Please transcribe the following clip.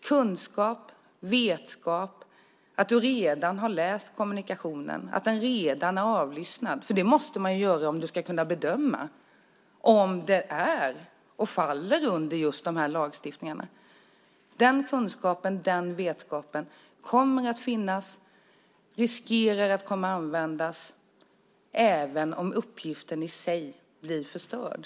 Kunskapen och vetskapen - att man redan läst kommunikationen och att denna redan är avlyssnad är ju nödvändigt för att det ska gå att bedöma om den faller under just den här lagstiftningen - kommer att finnas och riskerar att bli använda även om uppgiften i sig blir förstörd.